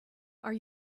are